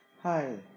Hi